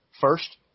First